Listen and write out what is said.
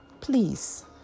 please